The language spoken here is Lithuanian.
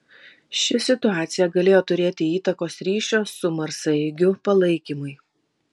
ši situacija galėjo turėti įtakos ryšio su marsaeigiu palaikymui